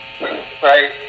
right